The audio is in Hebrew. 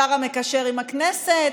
השר המקשר עם הכנסת,